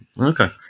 okay